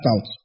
out